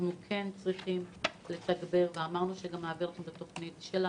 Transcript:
אנחנו צריכים לתגבר וגם אמרנו שנעביר את התוכנית את